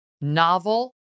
novel